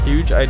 Huge